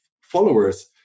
followers